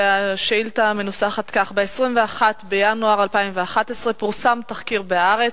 השאילתא מנוסחת כך: ב-21 בינואר 2011 פורסם תחקיר ב"הארץ":